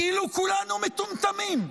כאילו כולנו מטומטמים,